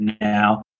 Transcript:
now